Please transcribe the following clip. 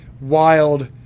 wild